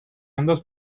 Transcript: انداز